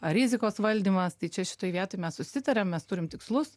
ar rizikos valdymas tai čia šitoj vietoj mes susitariam mes turim tikslus